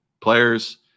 players